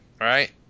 right